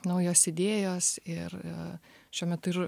naujos idėjos ir a šiuo metu ir